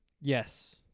Yes